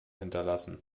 hinterlassen